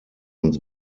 uns